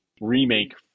remake